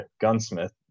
gunsmith